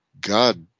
God